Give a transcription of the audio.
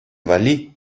валли